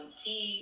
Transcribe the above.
see